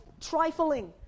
trifling